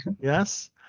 Yes